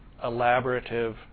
elaborative